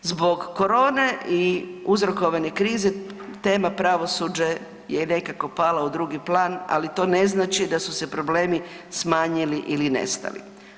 Zbog korone i uzrokovane krize tema pravosuđe je nekako pala u drugi plan, ali to ne znači da su se problemi smanjili ili nestali.